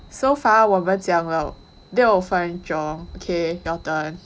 so far 我们讲了六分钟 okay your turn